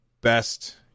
best